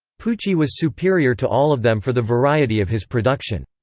pucci was superior to all of them for the variety of his production.